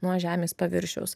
nuo žemės paviršiaus